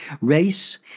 race